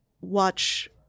watch